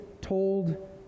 told